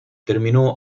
terminó